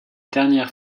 dernière